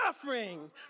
suffering